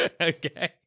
Okay